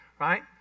right